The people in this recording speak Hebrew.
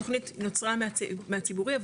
התוכנית נוצרה מהציבורי,